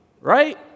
Right